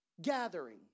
gathering